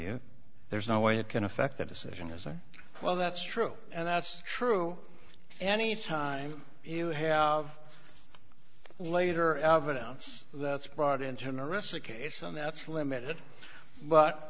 you there's no way it can affect that decision as well that's true and that's true any time you have later evidence that's brought into norris a case and that's limited but